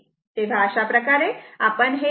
अशाप्रकारे आपण हे लिहू शकतो